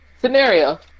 scenario